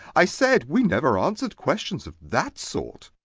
i said we never answered questions of that sort